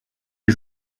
est